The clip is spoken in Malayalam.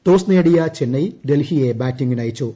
ടോസ് നേടിയ ചെന്നൈ ഡൽഹിയെ ബാറ്റിംഗിനയച്ചു